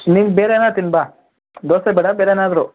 ನಿಂಗೆ ಬೇರೆ ಏನಾರು ತಿನ್ನು ಬಾ ದೋಸೆ ಬೇಡ ಬೇರೆ ಏನಾದ್ರೂ